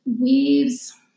weaves